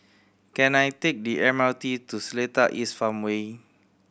can I take the M R T to Seletar East Farmway